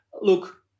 Look